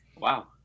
wow